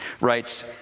writes